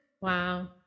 wow